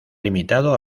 limitado